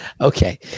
okay